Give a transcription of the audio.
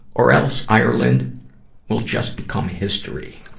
or else, ireland will just become history.